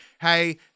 hey